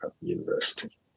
university